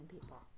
people